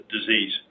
disease